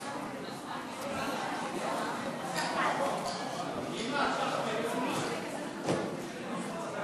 סיעת הרשימה המשותפת להביע